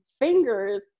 fingers